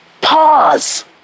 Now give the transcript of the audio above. pause